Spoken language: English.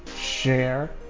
share